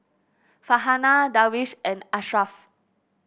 Farhanah Darwish and Ashraf